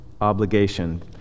obligation